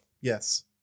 Yes